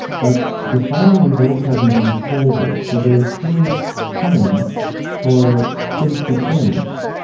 but the final results haven't been called yet, so there is still time for things to change.